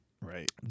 Right